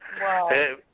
Wow